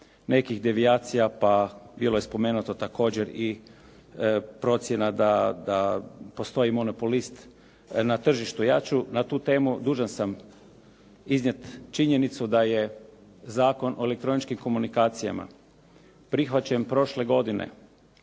nekih devijacija pa, bilo je spomenuto također i procjena da postoj monopolist na tržištu. Ja ću na tu temu, dužan sam iznijeti činjenicu da je Zakon o elektroničkim komunikacijama prihvaćen prošle godine